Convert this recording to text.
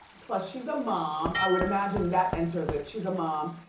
plus she's a mom, i would imagine that enters it, she's a mom,